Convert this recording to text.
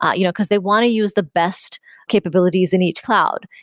ah you know because they want to use the best capabilities in each cloud.